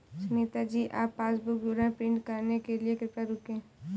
सुनीता जी आप पासबुक विवरण प्रिंट कराने के लिए कृपया रुकें